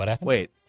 wait